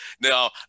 Now